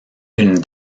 une